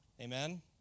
Amen